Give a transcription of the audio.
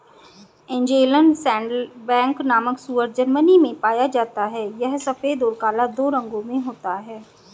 Angeln saddleback नामक सूअर Germany में पाया जाता है यह सफेद और काला दो रंगों में होता है